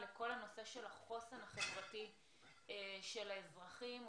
לכל הנושא של החוסן החברתי של האזרחים.